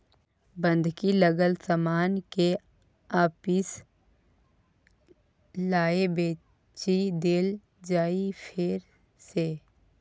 बन्हकी लागल समान केँ आपिस लए बेचि देल जाइ फेर सँ